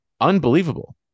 unbelievable